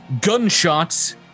gunshots